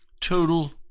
Total